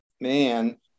man